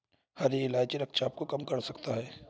हरी इलायची रक्तचाप को कम कर सकता है